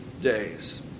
days